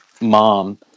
mom